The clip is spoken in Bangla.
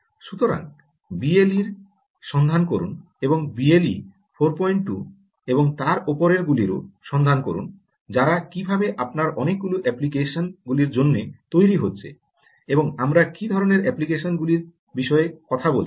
সুতরাং বিএলই এর সন্ধান করুন এবং বিএলই 42 এবং তার উপরের গুলিরও সন্ধান করুন যারা কীভাবে আপনার অনেকগুলি অ্যাপ্লিকেশন গুলির জন্য তৈরি হচ্ছে এবং আমরা কী ধরণের অ্যাপ্লিকেশন গুলির বিষয়ে কথা বলছি